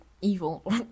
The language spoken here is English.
evil